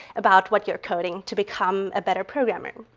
about what your coding to become a better programmer.